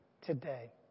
today